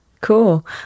Cool